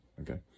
Okay